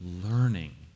learning